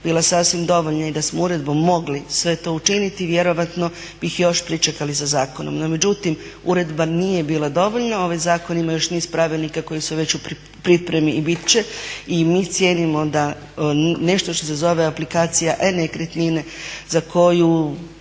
bila sasvim dovoljna i da smo uredbom mogli sve to učiniti vjerojatno bi još pričekali sa zakonom. No međutim, uredba nije bila dovoljna, ovaj zakon ima još niz pravilnika koji su već u pripremi i bit će i mi cijenimo da nešto što se zove aplikacija e-nekretnine za koju